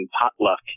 potluck